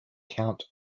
count